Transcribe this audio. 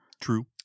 True